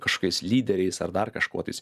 kažkokiais lyderiais ar dar kažkuo tais